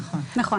נכון.